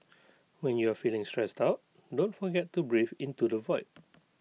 when you are feeling stressed out don't forget to breathe into the void